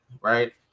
right